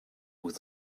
with